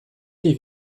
leave